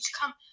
come